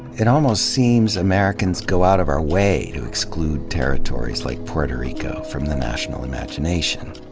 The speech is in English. it almost seems americans go out of our way to exclude territories like puerto rico from the national imagination.